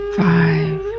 five